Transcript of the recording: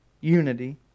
unity